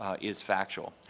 ah is factual.